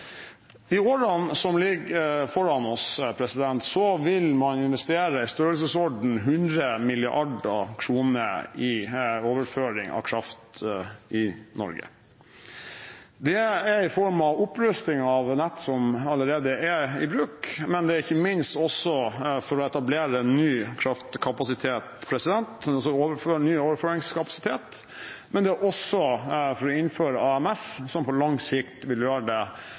I årene som ligger foran oss, vil man investere i størrelsesordenen 100 mrd. kr i overføring av kraft i Norge. Det er i form av opprusting av nett som allerede er i bruk, det er ikke minst også for å etablere ny kraftkapasitet, altså ny overføringskapasitet, men det er også for å innføre AMS, som på lang sikt vil gjøre